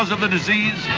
of the the disease